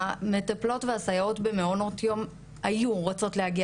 המטפלות והסייעות במעונות יום היו רוצות להגיע